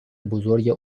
بزرگ